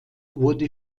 wurde